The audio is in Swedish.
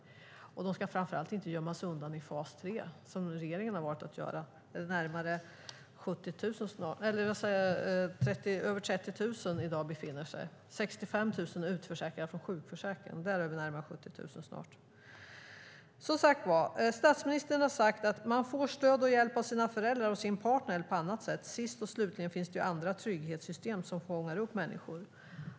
De ska framför allt inte gömmas undan i fas 3 som regeringen har valt att göra. Över 30 000 befinner sig i dag i fas 3. 65 000 är utförsäkrade från sjukförsäkringen. Statsministern har sagt att man ska få stöd och hjälp av sina föräldrar, sin partner eller på annat sätt. Sist och slutligen finns det andra trygghetssystem som fångar upp människor.